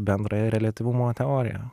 bendrąją reliatyvumo teoriją